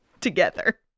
together